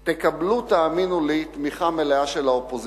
תקבלו, תאמינו לי, תמיכה מלאה של האופוזיציה,